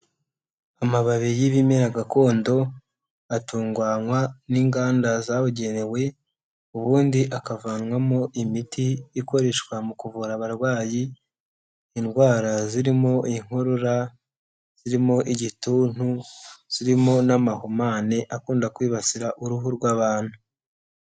Amababi y'ibimera gakondo atunganywa n'inganda zabugenewe ubundi akavanwamo imiti ikoreshwa mu kuvura abarwayi indwara zirimo inkorora, zirimo igituntu, zirimo n'amahumane akunda kwibasira uruhu rw'abantu.